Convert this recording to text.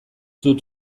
dut